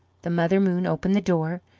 the mother moon opened the door,